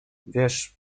wiesz